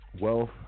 wealth